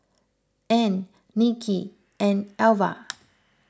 Ean Nicki and Alva